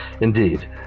Indeed